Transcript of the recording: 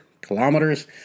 kilometers